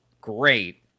great